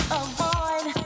avoid